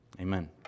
amen